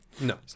No